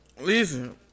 Listen